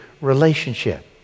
relationship